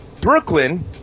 Brooklyn